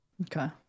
Okay